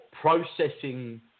processing